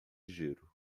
giro